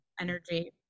energy